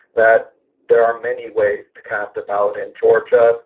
that there are many ways to cast a ballot in georgia.